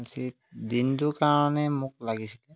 দিনটোৰ কাৰণে মোক লাগিছিলে